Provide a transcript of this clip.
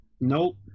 Nope